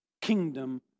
kingdom